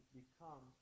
become